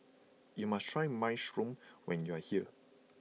you must try Minestrone when you are here